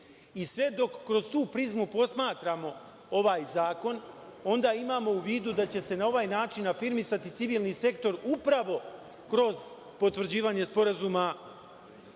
I sve dok kroz tu prizmu posmatramo ovaj zakon, onda imamo u vidu da će se na ovaj način afirmisati civilni sektor upravo kroz potvrđivanje Sporazuma